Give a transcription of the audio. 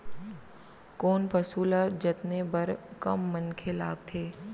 कोन पसु ल जतने बर कम मनखे लागथे?